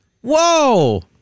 Whoa